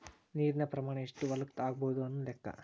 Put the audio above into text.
ನೇರಿನ ಪ್ರಮಾಣಾ ಎಷ್ಟ ಹೊಲಕ್ಕ ಆಗಬಹುದು ಅನ್ನು ಲೆಕ್ಕಾ